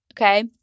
Okay